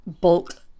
bulk